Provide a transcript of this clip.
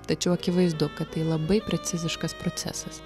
tačiau akivaizdu kad tai labai preciziškas procesas